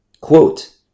quote